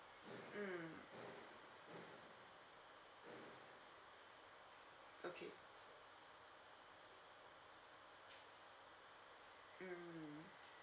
mm okay mm